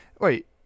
Wait